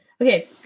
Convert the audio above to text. Okay